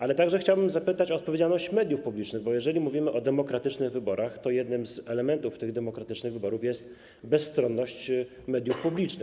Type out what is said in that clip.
Ale także chciałbym zapytać o odpowiedzialność mediów publicznych, bo jeżeli mówimy o demokratycznych wyborach, to jednym z elementów tych demokratycznych wyborów jest bezstronność mediów publicznych.